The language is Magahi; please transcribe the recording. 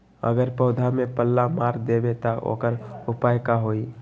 अगर पौधा में पल्ला मार देबे त औकर उपाय का होई?